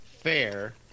fair